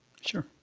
Sure